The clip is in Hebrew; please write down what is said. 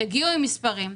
תגיעו עם מספרים.